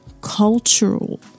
cultural